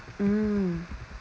mm